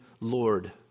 Lord